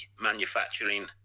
manufacturing